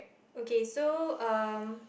okay so um